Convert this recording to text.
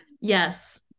Yes